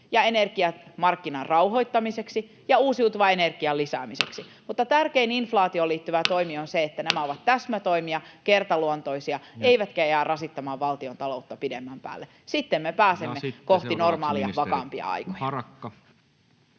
ja energiamarkkinan rauhoittamiseksi ja uusiutuvan energian lisäämiseksi, mutta tärkein inflaatioon liittyvä toimi on se, että nämä ovat täsmätoimia, kertaluontoisia eivätkä jää rasittamaan valtiontaloutta pidemmän päälle. Sitten me pääsemme kohti normaalia, vakaampia aikoja.